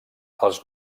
els